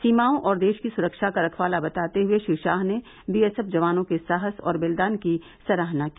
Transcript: सीमाओं और देश की सुरक्षा का रखवाला बताते हुए श्री शाह ने बीएसएफ जवानों के साहस और बलिदान की सराहना की